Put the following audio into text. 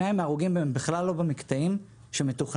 שניים מההרוגים הם בכלל לא במקטעים שמתוכננים.